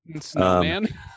Snowman